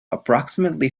approximately